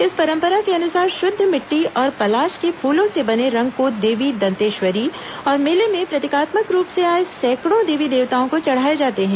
इस परंपरा के अनुसार शुद्ध मिट्टी और पलाश के फूलों से बने रंग को देवी दंतेश्वरी और मेले में प्रतीकात्मक रूप से आए सैकड़ों देवी देवताओं को चढ़ाए जाते हैं